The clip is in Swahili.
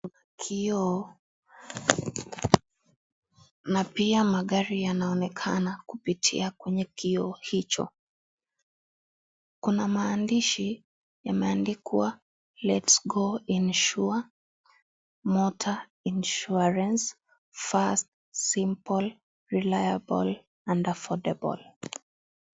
Kioo na pia magari yanaonekana kupitia kwenye kioo hicho, kuna maandishi yameandikwa let's go and insure motor insurance, fast, simple, reliable, and affordable .